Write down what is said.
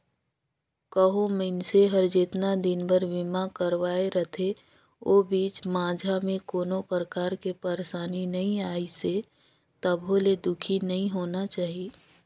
कहो मइनसे हर जेतना दिन बर बीमा करवाये रथे ओ बीच माझा मे कोनो परकार के परसानी नइ आइसे तभो ले दुखी नइ होना चाही